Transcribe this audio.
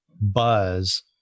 buzz